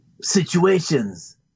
situations